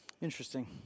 Interesting